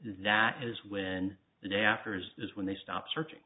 that is when the day after is when they stop searching